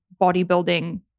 bodybuilding